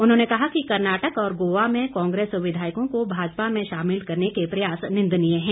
उन्होंने कहा कि कर्नाटक और गोवा में कांग्रेस विधायकों को भाजपा में शामिल करने के प्रयास निंदनीय है